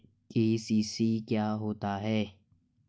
KCC क्या होता है?